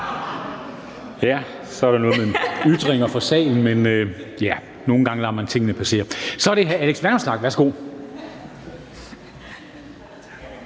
Så er der nogle ytringer fra salen, men ja, nogle gange lader man tingene passere. Så er det hr. Alex Vanopslagh. Værsgo.